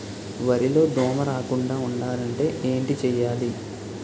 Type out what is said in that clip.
వరిలో దోమ రాకుండ ఉండాలంటే ఏంటి చేయాలి?